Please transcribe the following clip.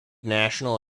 national